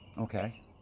Okay